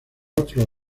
otro